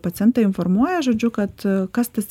pacientą informuoja žodžiu kad kas tas